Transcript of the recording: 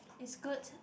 it's good